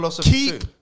keep